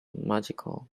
magical